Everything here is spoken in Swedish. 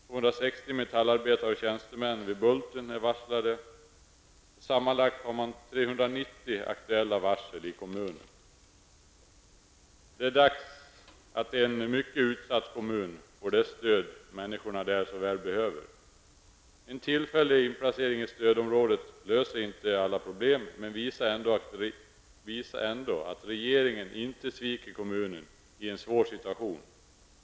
260 metallarbetare och tjänstemän vid Bulten är varslade. Sammanlagt har man i kommunen 390 Det är nu dags att ge en mycket utsatt kommun det stöd människorna där så väl behöver. En tillfällig inplacering i stödområde löser inte alla problem, men det visar ändå att regeringen inte sviker kommunen i en svår situation.